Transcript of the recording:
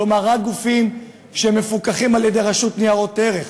כלומר רק גופים שמפוקחים על-ידי רשות ניירות ערך,